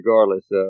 regardless